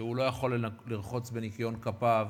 שלא יכול לרחוץ בניקיון כפיו,